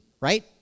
right